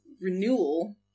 renewal